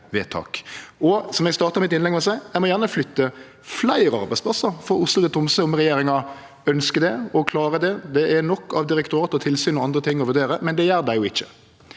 ein må gjerne flytte fleire arbeidsplassar frå Oslo til Tromsø om regjeringa ønskjer det og klarer det. Det er nok av direktorat og tilsyn og andre ting å vurdere, men det gjer dei